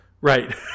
Right